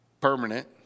permanent